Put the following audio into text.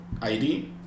ID